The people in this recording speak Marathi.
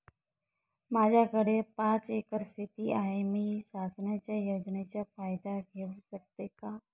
माझ्याकडे पाच एकर शेती आहे, मी शासनाच्या योजनेचा फायदा घेऊ शकते का?